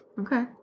Okay